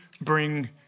bring